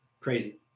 Crazy